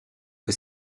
que